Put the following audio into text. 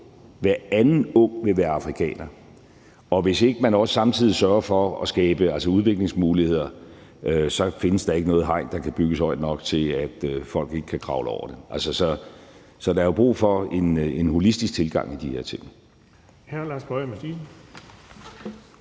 hver anden ung! – vil være afrikaner. Og hvis man ikke også samtidig sørger for at skabe udviklingsmuligheder, findes der ikke noget hegn, der kan bygges højt nok til, at folk ikke kan kravle over det. Så der er jo brug for en holistisk tilgang i de her ting.